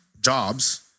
jobs